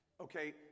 Okay